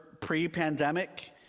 pre-pandemic